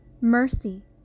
mercy